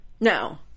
no